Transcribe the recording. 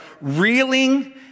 reeling